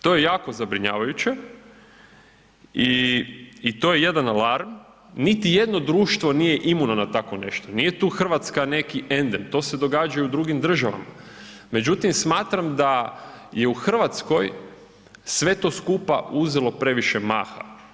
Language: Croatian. To je jako zabrinjavajuće, i to je jedan alarm, niti jedno društvo nije imuno na tako nešto, nije tu Hrvatska neki endem, to se događa i u drugim državama, međutim smatram da je u Hrvatsko sve to skupa uzelo previše maha.